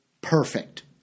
Perfect